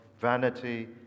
vanity